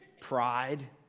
pride